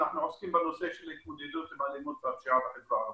אנחנו עוסקים בנושא של התמודדות עם האלימות והפשיעה בחברה הערבית.